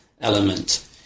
element